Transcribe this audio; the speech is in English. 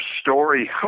story